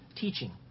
teaching